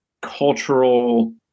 cultural